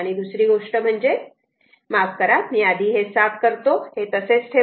आणि दुसरी गोष्ट म्हणजे आधी मी हे साफ करतो हे तसेच ठेवा